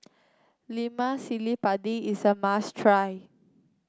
Lemak Cili Padi is a must try